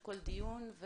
כל דיון.